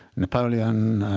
napoleon,